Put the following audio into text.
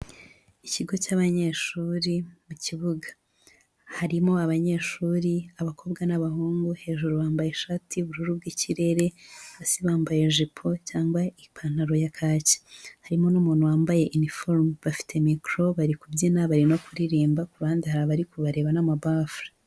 Ikigo cy'abanyeshuri mu kibuga. Harimo abanyeshuri, abakobwa n'abahungu, hejuru bambaye ishati y'ubururu bw'ikirere, hasi bambaye ijipo cyangwa ipantaro ya kaki. Harimo n'umuntu wambaye iniforome. Bafite mikoro, bari kubyina, bari no kuririmba, ku ruhande hari abari kubareba n'amabafure.